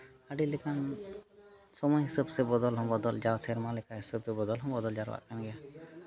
ᱟᱹᱰᱤ ᱞᱮᱠᱟᱱ ᱥᱚᱢᱚᱭ ᱦᱤᱥᱟᱹᱵᱽ ᱥᱮ ᱵᱚᱫᱚᱞ ᱦᱚᱸ ᱵᱚᱫᱚᱞ ᱡᱟᱣ ᱥᱮᱨᱢᱟ ᱞᱮᱠᱟ ᱦᱤᱥᱟᱹᱵᱽ ᱛᱮ ᱵᱚᱫᱚᱞ ᱦᱚᱸ ᱵᱚᱫᱚᱞ ᱡᱟᱣᱨᱟᱜ ᱠᱟᱱ ᱜᱮᱭᱟ